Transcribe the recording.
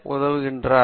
Engineer உதவுகிறார்